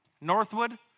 Northwood